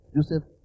Joseph